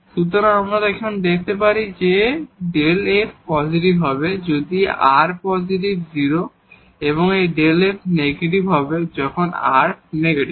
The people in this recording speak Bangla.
সুতরাং আমরা এখন পেতে পারি যে এই Δ f পজিটিভ হবে যদি r পজিটিভ 0 এবং এই Δ f নেগেটিভ হবে যখন r নেগেটিভ